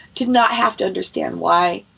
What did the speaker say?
to not have to understand why.